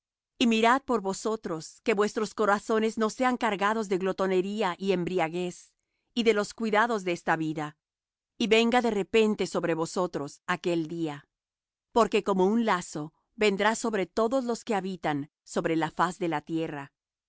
y mirad por vosotros que vuestros corazones no sean cargados de glotonería y embriaguez y de los cuidados de esta vida y venga de repente sobre vosotros aquel día porque como un lazo vendrá sobre todos los que habitan sobre la faz de toda la tierra